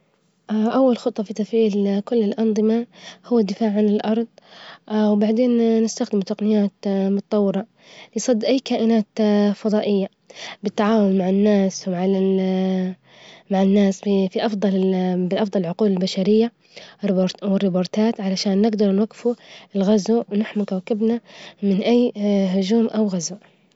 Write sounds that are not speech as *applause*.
أول خطة في تفعيل كل الأنظمة، هوالدفاع على الأرظ، وبعدين نستخدم تجنيات *hesitation* متطورة، لصد أي كائنات *hesitation* فظائية بالتعاون مع الناس- مع *hesitation* الناس في أفظل- بأفظل العجول البشرية، والربورتات علشان نجدر نوجف الغزو، ونحمي كوكبنا من أي *hesitation* هجوم أوغزو.